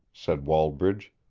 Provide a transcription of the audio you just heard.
said wallbridge,